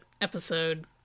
episode